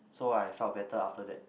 so I felt better after that